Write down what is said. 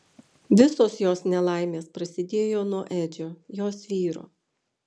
visos jos nelaimės prasidėjo nuo edžio jos vyro